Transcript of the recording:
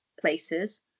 places